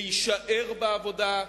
להישאר בעבודה,